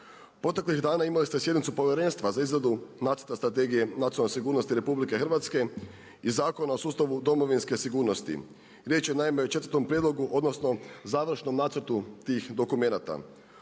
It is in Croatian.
Proteklih dana imali ste sjednicu povjerenstva za izradu Nacrta strategije nacionalne sigurnosti RH i Zakona o sustavu domovinske sigurnosti. Riječ je naime o četvrtom prijedlogu, odnosno završnom nacrtu tih dokumenata.